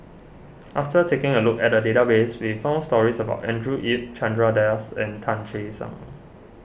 after taking a look at the database we found stories about Andrew Yip Chandra Das and Tan Che Sang